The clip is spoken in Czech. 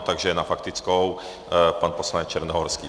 Takže na faktickou pan poslanec Černohorský.